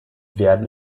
werden